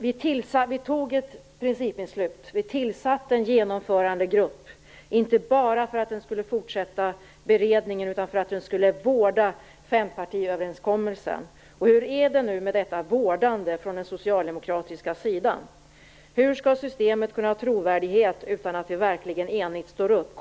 Vi tog ett principbeslut. Vi tillsatte en genomförandegrupp, inte bara för att den skulle fortsätta beredningen, utan för att den skulle vårda fempartiöverenskommelsen. Hur är det nu med detta vårdande från den socialdemokratiska sidan? Hur skall systemet kunna ha trovärdighet utan att vi verkligen enigt står upp?